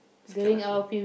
second last game